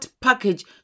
package